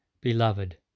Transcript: Beloved